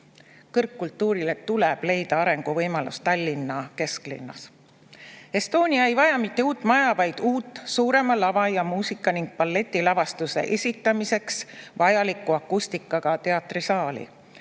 Kõrgkultuurile tuleb leida arenguvõimalus Tallinna kesklinnas. Estonia ei vaja mitte uut maja, vaid uut, suurema lava ning muusika‑ ja balletilavastuste esitamiseks vajaliku akustikaga teatrisaali.